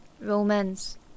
romance